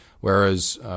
Whereas